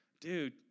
dude